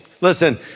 Listen